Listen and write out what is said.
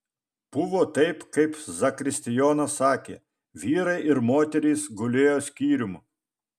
buvo taip kaip zakristijonas sakė vyrai ir moterys gulėjo skyrium